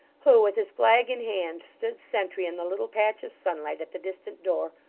who, with his flag in hand, stood sentry in the little patch of sunlight at the distant door,